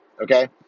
Okay